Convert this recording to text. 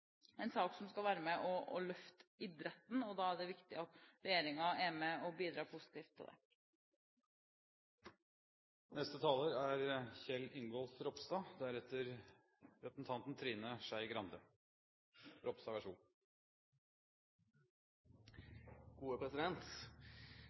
sak som skal være med og løfte idretten. Da er det viktig at regjeringen er med og bidrar positivt til det. Ungdoms-OL i 2016 er